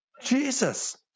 Jesus